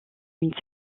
une